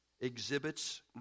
exhibits